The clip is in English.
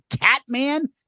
Catman